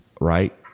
right